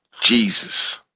Jesus